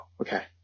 Okay